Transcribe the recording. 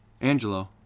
Angelo